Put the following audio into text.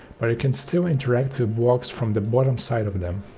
but you can still interact with blocks from the bottom side of them.